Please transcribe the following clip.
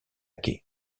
quai